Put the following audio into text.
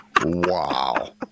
Wow